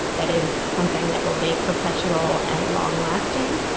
that is something that will be perpetual and long lasting,